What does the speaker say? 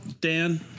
Dan